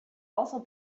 also